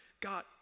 God